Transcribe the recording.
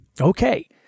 Okay